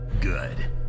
Good